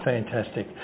Fantastic